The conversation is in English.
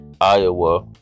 Iowa